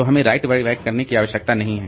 तो हमें write back करने की आवश्यकता नहीं है